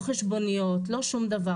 לא חשבוניות, לא שום דבר.